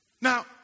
Now